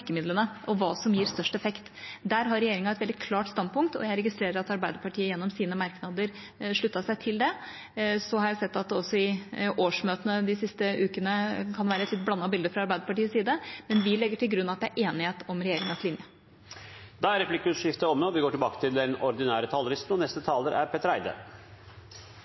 virkemidlene og hva som gir størst effekt. Der har regjeringa et veldig klart standpunkt, og jeg registrerer at Arbeiderpartiet gjennom sine merknader sluttet seg til det. Så har jeg sett at det også i årsmøtene de siste ukene kan være et blandet bilde fra Arbeiderpartiets side, men vi legger til grunn at det er enighet om regjeringas linje. Da er replikkordskiftet omme. De talere som heretter får ordet, har en taletid på inntil 3 minutter. Jeg mener at denne debatten ikke først og